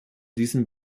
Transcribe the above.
diesem